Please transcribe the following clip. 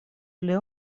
pli